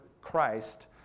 Christ